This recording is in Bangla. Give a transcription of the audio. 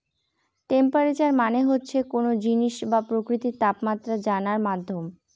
টেম্পেরেচার মানে হচ্ছে কোনো জিনিসের বা প্রকৃতির তাপমাত্রা জানার মাধ্যম